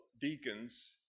deacons